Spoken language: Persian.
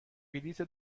بلیت